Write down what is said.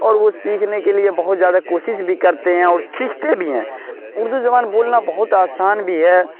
اور وہ سیکھنے کے لیے بہت زیادہ کوسس بھی کرتے ہیں اور سیکھتے بھی ہیں اردو زبان بولنا بہت آسان بھی ہے